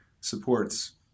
supports